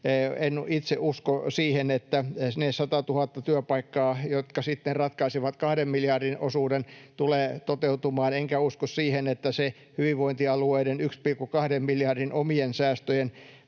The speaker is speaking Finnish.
en itse usko siihen, että ne satatuhatta työpaikkaa, jotka sitten ratkaisevat kahden miljardin osuuden, tulevat toteutumaan. Enkä usko siihen, että se hyvinvointialueiden 1,2 miljardin omien säästöjen